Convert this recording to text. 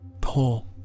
Pull